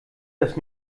das